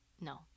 No